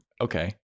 Okay